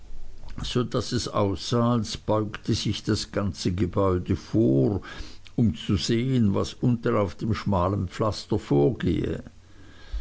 so daß es aussah als beugte sich das ganze gebäude vor um zu sehen was unten auf dem schmalen pflaster vorgehe